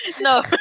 No